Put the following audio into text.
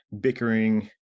bickering